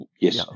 Yes